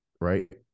right